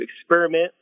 experiment